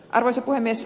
arvoisa puhemies